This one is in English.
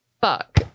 fuck